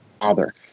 father